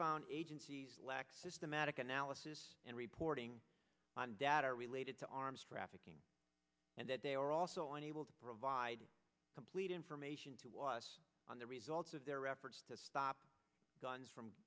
found agencies lax systematic analysis and reporting on data related to arms trafficking and that they were also unable to provide complete information to us on the results of their efforts to stop guns from